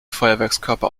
feuerwerkskörper